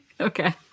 okay